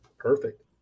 Perfect